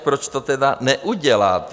Proč to tedy neuděláte?